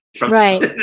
right